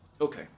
Okay